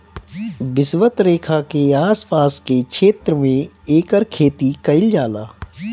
विषवत रेखा के आस पास के क्षेत्र में एकर खेती कईल जाला